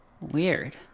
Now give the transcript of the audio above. Weird